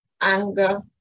anger